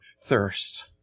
thirst